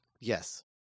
yes